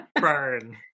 Burn